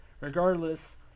regardless